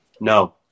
No